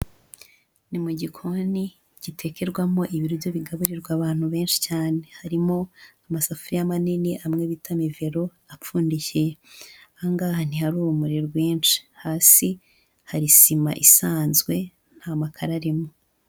Ni mu gikoni gitekerwamo ibiryo bigaburirwa abantu benshi cyane, harimo amasafuriya manini amwe bita mivero apfundikiye, aha ngaha ntihari urumuri rwinshi, hasi hari sima isanzwe nta makaro arimo.